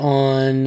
on